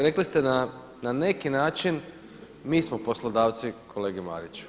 Rekli ste na neki način mi smo poslodavci kolegi Mariću.